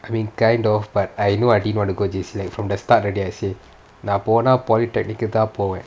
I mean kind of but I knew I didn't want to go J_C like from the start already I said நான் போன:naan pona polytechnic தான் போவேன்:thaan povaen